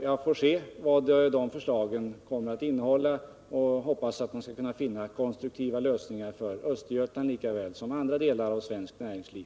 Vi får se vad de förslag som därvid läggs fram innehåller, och vi hoppas att vi skall finna konstruktiva lösningar på Östergötlands problem lika väl som på problemen inom andra delar av svenskt näringsliv.